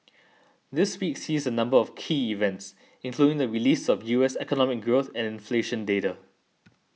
this week sees a number of key events including the release of U S economic growth and inflation data